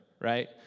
right